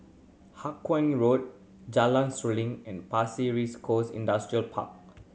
Hawkinge Road Jalan Seruling and Pasir Ris Coast Industrial Park